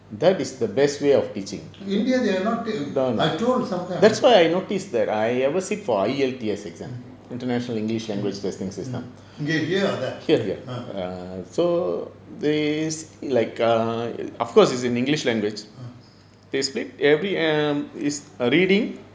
india they are not I told sometime mm mm mm okay here or there ah uh